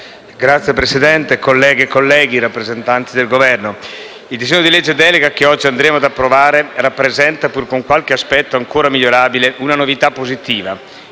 Signora Presidente, colleghe e colleghi, rappresentante del Governo, il disegno di legge delega che oggi andremo ad approvare rappresenta, pur con qualche aspetto ancora migliorabile, una novità positiva.